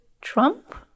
Trump